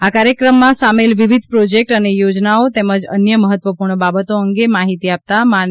આ કાર્યક્રમમાં સામેલ વિવિધ પ્રોજેક્ટ અને યોજનાઓ તેમજ અન્ય મહત્વપૂર્ણ બાબતો અંગે માહિતી આપતા માન